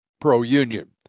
pro-union